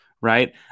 Right